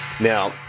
Now